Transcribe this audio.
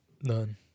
None